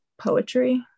poetry